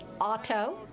auto